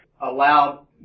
allowed